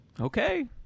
Okay